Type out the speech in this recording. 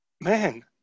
Man